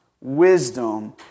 wisdom